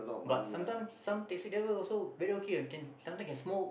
but sometime some taxi driver also very okay can sometime can smoke